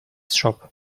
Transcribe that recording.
shop